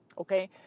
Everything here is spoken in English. Okay